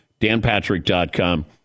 danpatrick.com